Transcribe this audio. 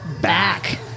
back